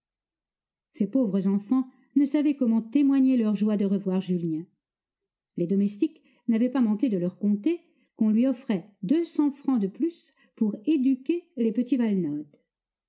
ces pauvres enfants ne savaient comment témoigner leur joie de revoir julien les domestiques n'avaient pas manqué de leur conter qu'on lui offrait deux cents francs de plus pour éduquer les petits